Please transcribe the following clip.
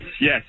Yes